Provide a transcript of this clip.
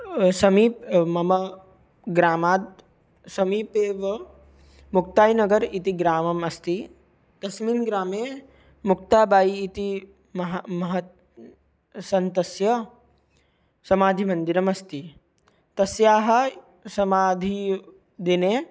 समीप् मम ग्रामात् समीपे एव मुक्ताय् नगर् इति ग्रामम् अस्ति तस्मिन् ग्रामे मुक्ताबायि इति महा महत् सन्तस्य समाधिमन्दिरमस्ति तस्याः समाधिदिने